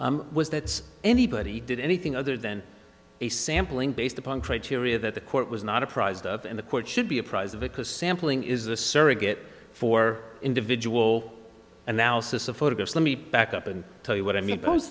was that anybody did anything other than a sampling based upon criteria that the court was not apprised of and the court should be apprised because sampling is a surrogate for individual analysis of photographs let me back up and tell you what i mean